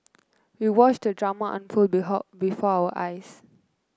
we watched the drama unfold before our eyes